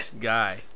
Guy